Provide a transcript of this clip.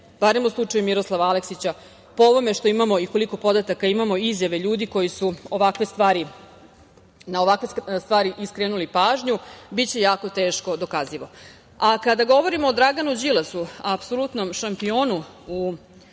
barem u slučaju Miroslava Aleksića… Po ovome što imamo i koliko podataka imamo, izjave ljudi koji su na ovakve stvari skrenuli pažnju, biće jako teško dokazivo. Kada govorimo o Draganu Đilasu, apsolutnom šampionu u